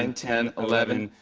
and ten, eleven.